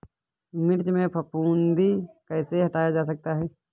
मिर्च में फफूंदी कैसे हटाया जा सकता है?